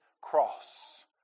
cross